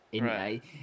Right